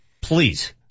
Please